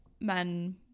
men